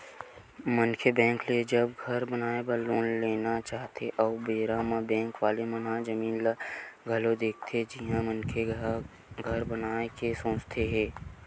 मनखे बेंक ले जब घर बनाए बर लोन लेना चाहथे ओ बेरा म बेंक वाले मन ओ जमीन ल घलो देखथे जिहाँ मनखे घर बनाए के सोचे हे